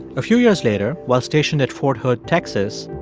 a few years later, while stationed at fort hood, texas,